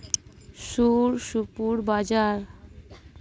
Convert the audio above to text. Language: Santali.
ᱥᱩᱨ ᱥᱩᱯᱩᱨ ᱵᱟᱡᱟᱨ